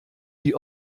die